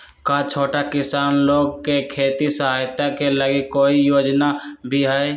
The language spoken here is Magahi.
का छोटा किसान लोग के खेती सहायता के लगी कोई योजना भी हई?